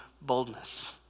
boldness